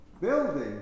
building